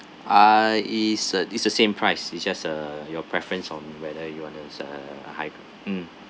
ah is a is a same price you just uh your preference on whether you want to uh high mm